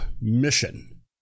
mission